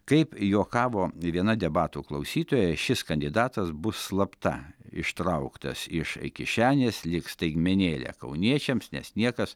kaip juokavo viena debatų klausytoja šis kandidatas bus slapta ištrauktas iš kišenės lyg staigmenėlė kauniečiams nes niekas